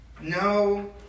No